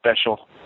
special